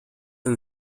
and